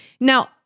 Now